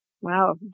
Wow